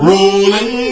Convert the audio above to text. Rolling